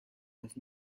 las